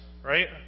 Right